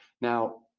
Now